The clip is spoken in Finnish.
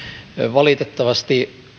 valitettavasti